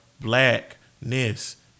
blackness